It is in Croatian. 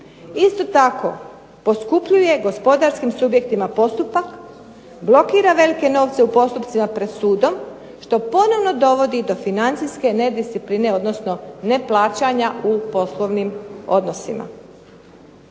Isto tako poskupljuje gospodarskim subjektima postupak, blokira velike novce u postupcima pred sudom, što ponovo dovodi do financijske nediscipline, odnosno neplaćanja u poslovnim odnosima.